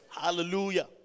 Hallelujah